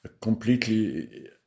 completely